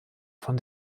von